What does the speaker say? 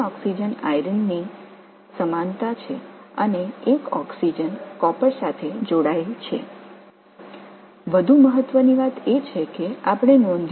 ஆக்ஸிஜன்கள் இரண்டும் இரும்பிலிருந்து சமதூரத்தில் மற்றும் ஆக்ஸிஜனில் ஒன்று தாமிரத்துடன் இணைக்கப்பட்டுள்ளது